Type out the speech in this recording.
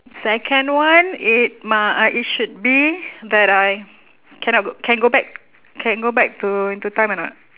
second one it might it should be that I cannot go can go back can go back to into time or not